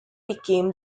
became